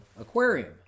aquarium